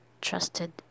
trusted